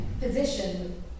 position